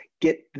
get